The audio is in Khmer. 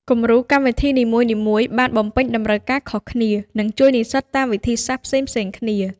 គំរូកម្មវិធីនីមួយៗបានបំពេញតម្រូវការខុសគ្នា និងជួយនិស្សិតតាមវិធីសាស្ត្រផ្សេងៗគ្នា។